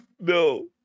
no